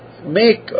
Make